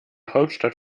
hauptstadt